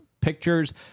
pictures